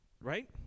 Right